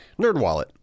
NerdWallet